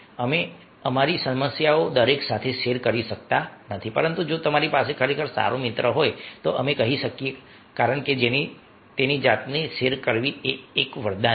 અમે અમારી સમસ્યાઓ દરેક સાથે શેર કરી શકતા નથી પરંતુ જો તમારી પાસે ખરેખર સારો મિત્ર હોય તો અમે કહી શકીએ કારણ કે તેની જાતને શેર કરવી એ એક વરદાન છે